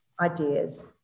ideas